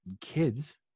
kids